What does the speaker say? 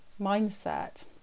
mindset